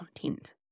content